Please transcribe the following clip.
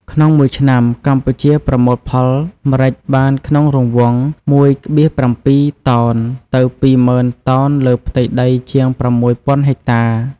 ក្នុងមួយឆ្នាំកម្ពុជាប្រមូលផលម្រេចបានក្នុងរង្វង់ ១,៧ តោន ទៅ ២ ម៉ឺនតោនលើផ្ទៃដីជាង ៦ ពាន់ហិកតា។